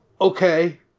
Okay